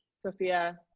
sophia